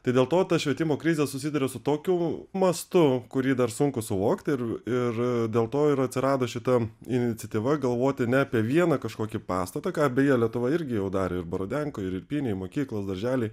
tai dėl to ta švietimo krizė susiduria su tokiu mastu kurį dar sunku suvokt ir ir dėl to ir atsirado šita iniciatyva galvoti ne apie vieną kažkokį pastatą ką beje lietuva irgi jau darė ir borodenkoj ir irpynėj mokyklos darželiai